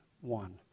one